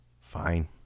Fine